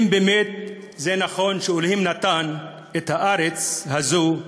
אם באמת זה נכון שאלוהים נתן את הארץ הזאת,